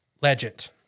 legend